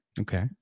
Okay